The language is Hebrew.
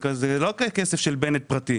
זה לא כסף פרטי של בנט.